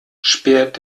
sperrt